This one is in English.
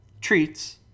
treats